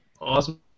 Awesome